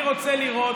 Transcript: אני רוצה לראות,